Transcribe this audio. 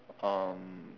um